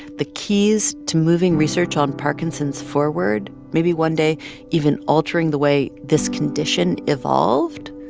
the keys to moving research on parkinson's forward, maybe one day even altering the way this condition evolved,